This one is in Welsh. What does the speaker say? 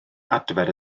adfer